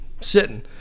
sitting